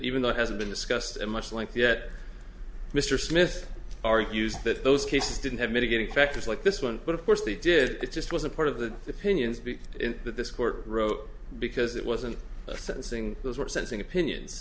even though it hasn't been discussed much like yet mr smith argues that those cases didn't have mitigating factors like this one but of course they did it just wasn't part of the opinions big in that this court wrote because it wasn't a sentencing those were sensing opinions